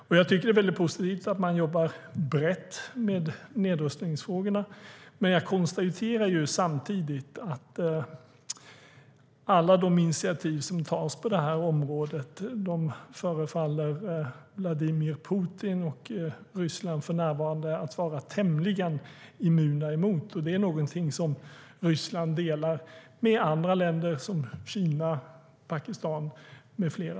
Jag tycker att det är mycket positivt att man jobbar brett med nedrustningsfrågorna. Men jag konstaterar samtidigt att Vladimir Putin och Ryssland för närvarande förefaller vara tämligen immuna mot alla de initiativ som tas på detta område. Det är någonting som Ryssland delar med andra länder som Kina, Pakistan med flera.